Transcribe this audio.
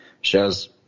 shows